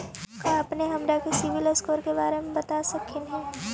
का अपने हमरा के सिबिल स्कोर के बारे मे बता सकली हे?